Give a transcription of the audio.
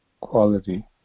quality